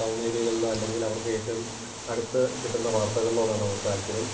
town ഏ രിയകളിലോ അല്ലെങ്കിൽ അവർക്ക് ഏറ്റവും അടുത്തു കിട്ടുന്ന വാർത്തകളോട് ആണ് അവർക്ക് താൽപ്പര്യം